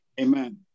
Amen